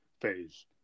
phase